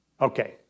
Okay